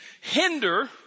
hinder